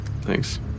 Thanks